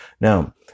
Now